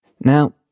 Now